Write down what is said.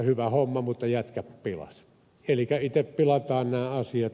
hyvä homma mutta jätkät pilas elikä itse pilataan nämä asiat